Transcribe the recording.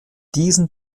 diesen